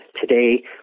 today